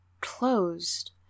closed